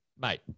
Mate